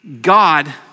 God